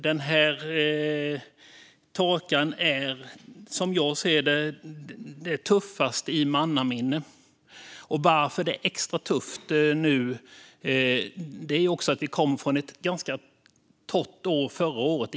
Den här torkan är, som jag ser det, den tuffaste i mannaminne. Att det är extra tufft nu är också för att vi kommer från ett ganska torrt år förra året.